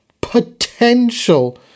potential